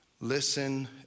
listen